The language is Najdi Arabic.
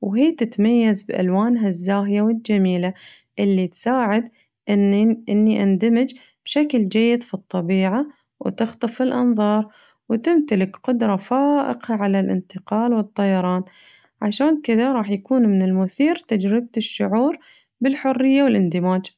وهي تتميز بألوانها الزاهية والجميلة اللي تساعد إنن-إني أندمج فشكل جيد في الطبيعة وتخطف الأنظار وتمتلك قدرة فائقة على الانتقال والطيران عشان كذة راح يكون مثير تجربة الشعور بالحرية والاندماج.